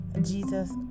Jesus